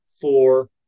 four